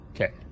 Okay